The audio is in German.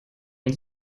uns